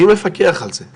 מי מפקח על זה?